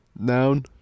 Noun